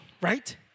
Right